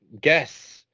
guess